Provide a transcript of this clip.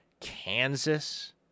Kansas